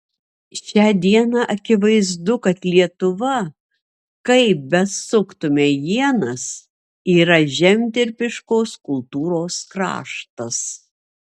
šią dieną akivaizdu kad lietuva kaip besuktumei ienas yra žemdirbiškos kultūros kraštas